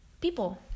people